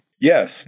Yes